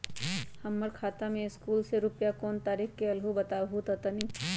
हमर खाता में सकलू से रूपया कोन तारीक के अलऊह बताहु त तनिक?